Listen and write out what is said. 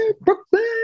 Brooklyn